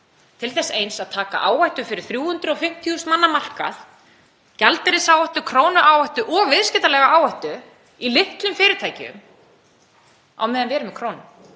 til þess eins að taka áhættu fyrir 350.000 manna markað, gjaldeyrisáhættu, krónuáhættu og viðskiptalega áhættu í litlum fyrirtækjum á meðan við erum með krónu.